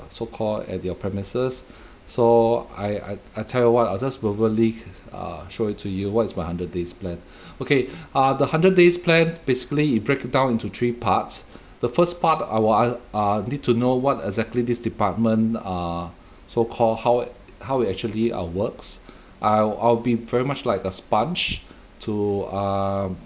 so call at your premises so I I tell you what I'll just verbally err show it to you what is my hundred days plan okay ah the hundred days plan basically you break it down into three parts the first part I want uh need to know what exactly this department uh so call how it how we actually err works I'll I'll be very much like a sponge to err